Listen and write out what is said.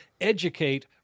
educate